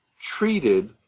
treated